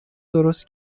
درست